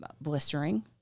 blistering